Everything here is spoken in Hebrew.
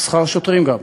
שכר השוטרים גם.